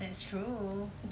that's true